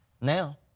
now